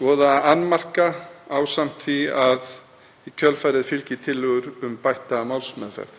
mála og annmarka, ásamt því að í kjölfarið fylgi tillögur um bætta málsmeðferð.